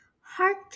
heart